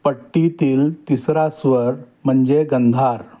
पट्टीतील तिसरा स्वर म्हणजे गंधार